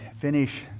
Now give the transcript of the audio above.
finish